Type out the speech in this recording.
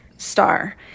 star